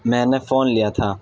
میں نے فون لیا تھا